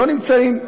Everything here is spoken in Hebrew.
לא נמצאים.